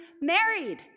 married